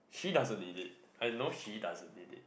she doesn't need it I know she doesn't need it